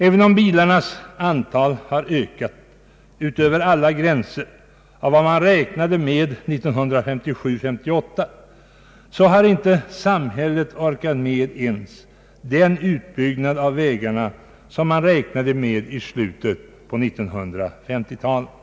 Även om bilarnas antal har ökat över alla gränser för vad man räknade med 1957—1958, har inte samhället orkat med ens den utbyggnad av vägarna som man räknade med i slutet av 1950-talet.